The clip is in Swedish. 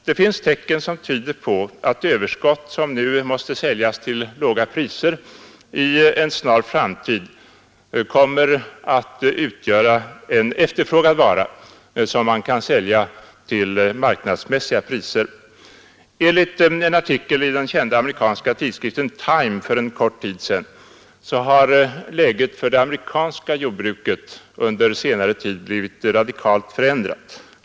Tecken tyder emellertid på att överskott, som nu måste säljas till låga priser, i en snar framtid kommer att utgöra en efterfrågad vara, som kan säljas till marknadsmässiga priser. Enligt en artikel för en kort tid sedan i den kända amerikanska tidskriften Time har läget för det amerikanska jordbruket under senare tid blivit radikalt förändrat.